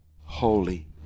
holy